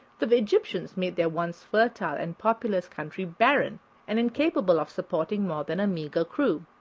the egyptians made their once fertile and populous country barren and incapable of supporting more than a meagre crew.